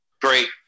Great